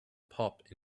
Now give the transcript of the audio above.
pop